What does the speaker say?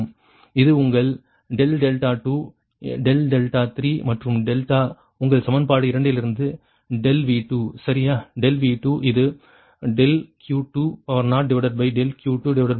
இது உங்கள் ∆2 ∆3 மற்றும் டெல்டா உங்கள் சமன்பாடு 2 இலிருந்து ∆V2 சரியா ∆V2 இது ∆Q2dQ2dV2 ஆகும்